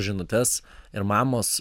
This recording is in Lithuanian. žinutes ir mamos